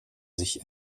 sich